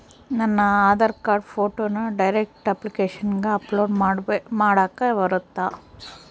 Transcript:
ನನ್ನ ಆಧಾರ್ ಕಾರ್ಡ್ ಫೋಟೋನ ಡೈರೆಕ್ಟ್ ಅಪ್ಲಿಕೇಶನಗ ಅಪ್ಲೋಡ್ ಮಾಡಾಕ ಬರುತ್ತಾ?